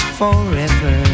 forever